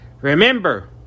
Remember